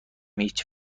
هیچ